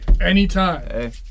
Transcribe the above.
Anytime